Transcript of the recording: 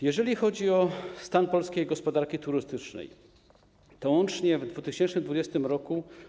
Jeżeli chodzi o stan polskiej gospodarki turystycznej, to łącznie w 2020 r.